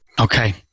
Okay